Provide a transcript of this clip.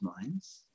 minds